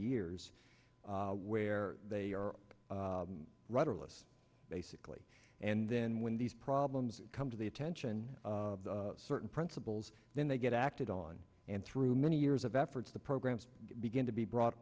years where they are rudderless basically and then when these problems come to the attention certain principles then they get acted on and through many years of efforts the programs begin to be brought